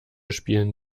spielen